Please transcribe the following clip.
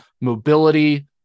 mobility